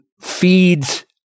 feeds